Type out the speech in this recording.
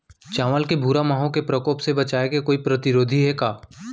चांवल के भूरा माहो के प्रकोप से बचाये के कोई प्रतिरोधी हे का?